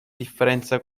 differenze